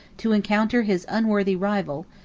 to encounter his unworthy rival,